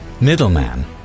middleman